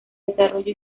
desarrollo